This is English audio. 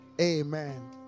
amen